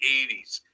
80s